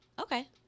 Okay